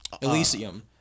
Elysium